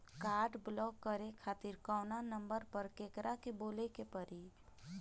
Card block करे खातिर कवना नंबर पर केकरा के बोले के परी?